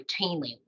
routinely